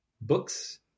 books